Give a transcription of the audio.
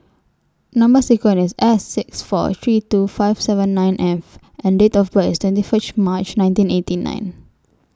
Number sequence IS S six four three two five seven nine F and Date of birth IS twenty frist March nineteen eighty nine